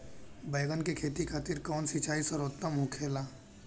बैगन के खेती खातिर कवन सिचाई सर्वोतम होखेला?